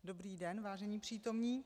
Dobrý den, vážení přítomní.